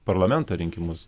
parlamento rinkimus